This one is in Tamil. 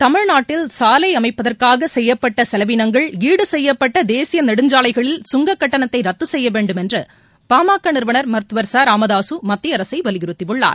தமிழ்நாட்டில் சாலைஅமைப்பதற்காகசெய்யப்பட்டசெலவீனங்கள் ஈடுசெய்யப்பட்டதேசியநெடுஞ்சாலைகளில் கங்ககட்டணத்தைரத்துசெய்யவேண்டும் என்றுடா ம க நிறுனர் மருத்துவர் ச ராமதாகமத்திய அரசைவலியுறுத்தியுள்ளார்